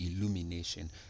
illumination